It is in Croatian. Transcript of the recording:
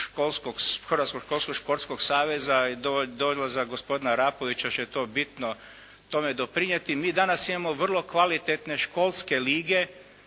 Hrvatskog školskog športskog saveza i dolazak gospodina Arapovića će to bitno tome doprinijeti. Mi danas imamo vrlo kvalitetne školske lige